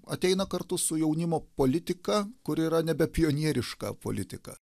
ateina kartu su jaunimo politika kuri yra nebe pionieriška politika